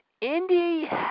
Indy